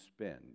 spend